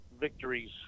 victories